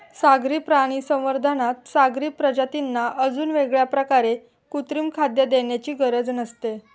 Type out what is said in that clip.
सागरी प्राणी संवर्धनात सागरी प्रजातींना अजून वेगळ्या प्रकारे कृत्रिम खाद्य देण्याची गरज नसते